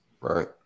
right